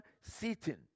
sitting